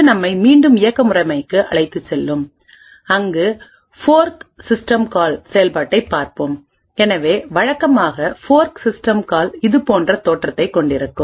இது நம்மை மீண்டும் இயக்க முறைமைக்கு அழைத்துச் செல்லும் அங்கு ஃபோர்க் சிஸ்டம்கால் செயல்பாட்டை பார்ப்போம் எனவே வழக்கமான ஃபோர்க் சிஸ்டம் கால் இது போன்ற தோற்றத்தைக் கொண்டிருக்கும்